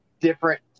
different